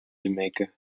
jamaica